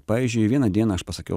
pavyzdžiui vieną dieną aš pasakiau